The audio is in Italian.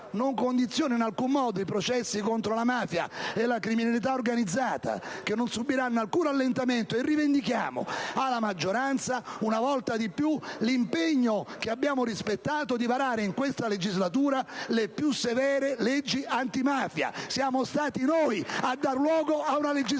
non condiziona in alcun modo i processi contro la mafia e la criminalità organizzata che non subiranno alcun rallentamento e rivendichiamo alla maggioranza una volta di più l'impegno che abbiamo rispettato di varare in questa legislatura le più severe leggi antimafia. Siamo stati noi a dar luogo ad una legislazione